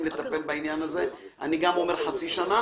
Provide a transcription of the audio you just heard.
לטפל בעניין הזה אני גם אומר חצי שנה,